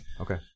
Okay